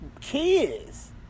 kids